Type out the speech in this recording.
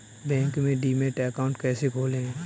Bank में demat account कैसे खोलें?